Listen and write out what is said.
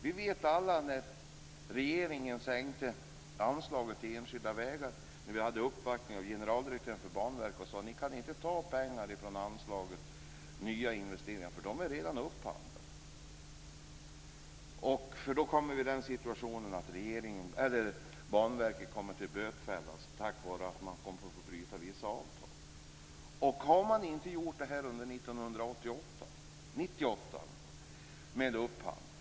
Vi minns alla när regeringen sänkte anslaget till enskilda vägar, när vi hade uppvaktning av generaldirektören för Banverket och sade: Ni kan inte ta pengar från anslaget till nya investeringar, för de är redan upphandlade. Då kommer vi i det läget att Banverket bötfälls på grund av att man kommer att få bryta vissa avtal. Har man inte gjort det här med upphandling under 1998?